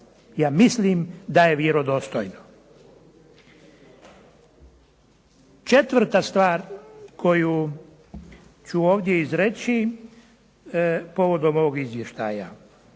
Ja mislim da je vjerodostojno. Četvrta stvar koju ću ovdje izreći povodom ovog izvještaj.